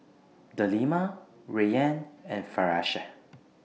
Delima Rayyan and Firash